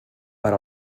per